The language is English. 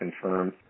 confirmed